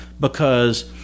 because-